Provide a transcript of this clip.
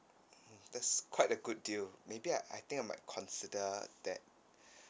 mm that's quite a good deal maybe I I think I might consider that